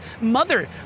mother